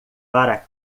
para